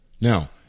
Now